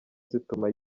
zituma